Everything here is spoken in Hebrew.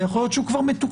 ויכול להיות שהוא מתוקצב.